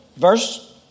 Verse